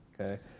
okay